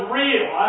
real